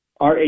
RA